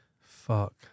Fuck